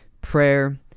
prayer